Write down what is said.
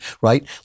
right